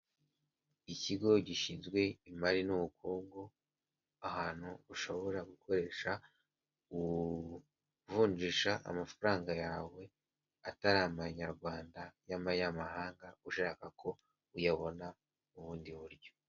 Ikigo gishinzwe imari n'ubukungu, ahantu ushobora gukoresha uvunjisha amafaranga yawe atari amanyarwanda y'amanyamahanga, ushaka ko uyabona mu bundi buryo.